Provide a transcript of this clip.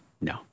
No